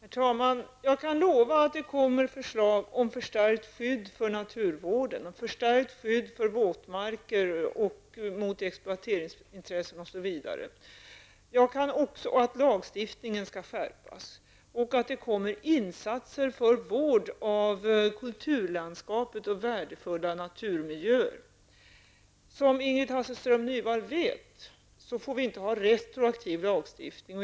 Herr talman! Jag kan lova att det kommer att läggas fram förslag om förstärkt skydd för naturvården, för våtmarker och mot exploateringsintressen osv. Lagstiftningen skall skärpas, och det kommer att göras insatser för vård av kulturlandskapet och värdefulla naturmiljöer. Som Ingrid Hasselström Nyvall vet får vi inte ha retroaktiv lagstiftning.